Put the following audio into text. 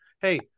Hey